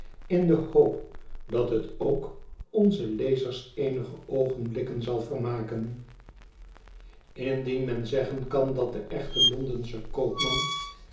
in dehoop dat het ook onze lezers eenige oogenblikken zal vermaken indien men zeggen kan dat de echte londensche koopman